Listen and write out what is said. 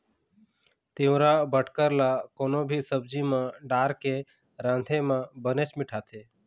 तिंवरा बटकर ल कोनो भी सब्जी म डारके राँधे म बनेच मिठाथे